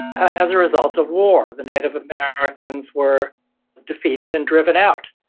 as a result of war. the native americans were defeated and driven out.